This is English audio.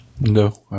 no